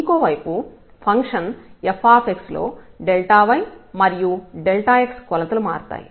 ఇంకోవైపు function f లో y మరియు x కొలతలు మారతాయి